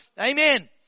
Amen